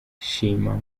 shima